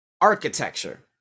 architecture